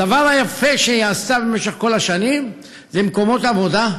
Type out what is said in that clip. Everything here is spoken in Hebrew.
הדבר היפה שהיא עשתה במשך כל השנים זה מקומות עבודה,